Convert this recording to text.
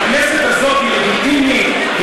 הכנסת הזאת היא לגיטימית,